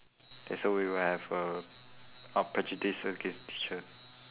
then so we will have a uh prejudice against the teacher